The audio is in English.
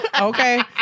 okay